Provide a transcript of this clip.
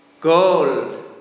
gold